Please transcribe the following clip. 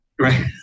right